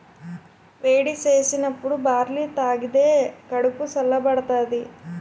వేడి సేసినప్పుడు బార్లీ తాగిదే కడుపు సల్ల బడతాది